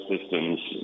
systems